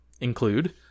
include